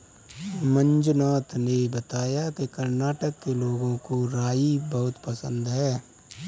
मंजुनाथ ने बताया कि कर्नाटक के लोगों को राई बहुत पसंद है